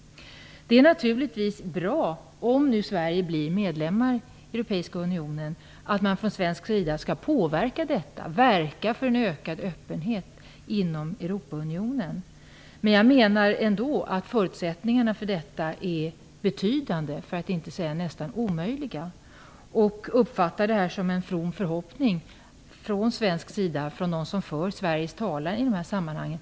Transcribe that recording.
Om Sverige blir medlem i Europeiska unionen är det naturligtvis bra att vi skall påverka detta och verka för en ökad öppenhet inom Europaunionen. Men jag menar ändå att förutsättningarna för detta är obetydliga, för att inte säga obefintliga. Jag uppfattar detta som en from förhoppning från dem som för Sveriges talan i de här sammanhangen.